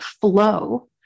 flow